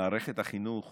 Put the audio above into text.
מערכת החינוך